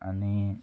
आनी